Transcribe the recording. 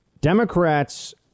Democrats